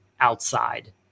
outside